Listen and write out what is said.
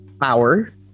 power